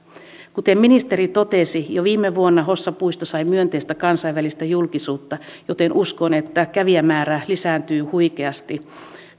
kuten ministeri totesi jo viime vuonna hossan puisto sai myönteistä kansainvälistä julkisuutta joten uskon että kävijämäärä lisääntyy huikeasti